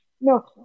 No